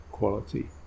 quality